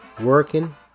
working